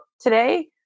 today